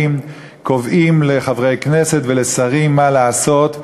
קובעים לחברי כנסת ולשרים מה לעשות,